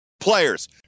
players